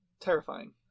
Terrifying